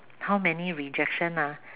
how many rejection ah